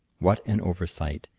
what an oversight,